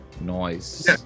Noise